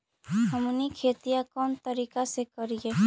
हमनी खेतीया कोन तरीका से करीय?